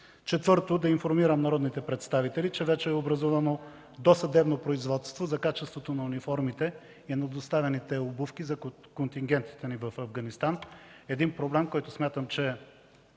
Четвърто, да информирам народните представители, че вече е образувано досъдебно производство за качеството на униформите и на доставените обувки за контингентите ни в Афганистан – проблем, който смятам, че